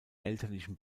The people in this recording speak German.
elterlichen